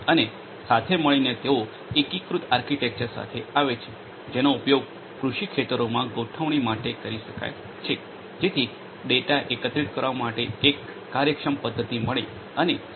અને સાથે મળીને તેઓ એકીકૃત આર્કિટેક્ચર સાથે આવે છે જેનો ઉપયોગ કૃષિ ખેતરોમાં ગોઠવણી માટે કરી શકાય છે જેથી ડેટા એકત્રિત કરવા માટે એક કાર્યક્ષમ પદ્ધતિ મળે